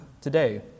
today